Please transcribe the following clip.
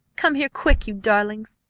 come here quick, you darlings!